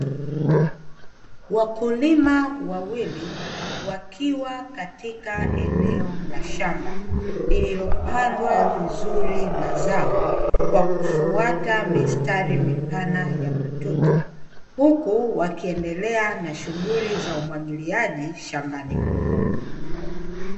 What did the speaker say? Wakulima wawili wakiwa katika eneo la shamba, lililopandwa vizuri mazao kwa kufuata mistari mipana ya matuta, huku wakiendelea na shughuli za umwagiliaji shambani humo.